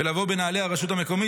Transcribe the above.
ולבוא בנעלי הרשות המקומית,